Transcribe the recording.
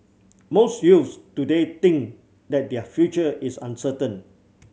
most youths today think that their future is uncertain